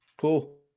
Cool